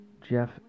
Jeff